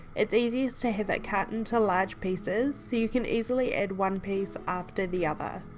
it's easiest to have it cut into large pieces so you can easily add one piece after the other.